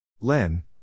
Len